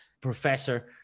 professor